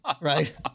Right